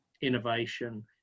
innovation